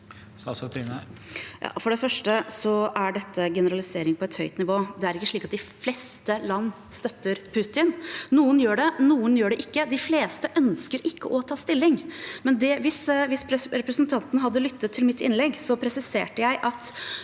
For det første er dette generalisering på høyt nivå. Det er ikke slik at de fleste land støtter Putin. Noen gjør det, noen gjør det ikke. De fleste ønsker ikke å ta stilling. Hvis representanten hadde lyttet til mitt innlegg, presiserte jeg at